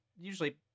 usually